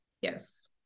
Yes